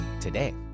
today